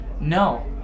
No